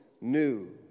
new